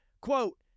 Quote